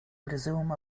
призывом